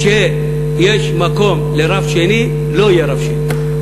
שיש מקום לרב שני, לא יהיה רב שני.